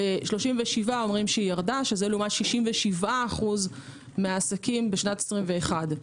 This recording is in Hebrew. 37 טוענים שירדה שזה לעומת 67% מהעסקים בשנת 21'